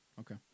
Okay